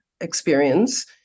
experience